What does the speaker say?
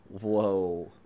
Whoa